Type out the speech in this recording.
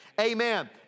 Amen